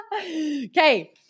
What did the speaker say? Okay